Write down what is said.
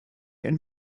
and